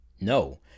no